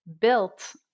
built